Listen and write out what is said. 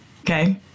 Okay